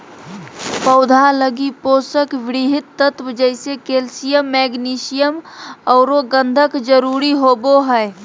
पौधा लगी पोषक वृहत तत्व जैसे कैल्सियम, मैग्नीशियम औरो गंधक जरुरी होबो हइ